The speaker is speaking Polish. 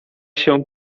się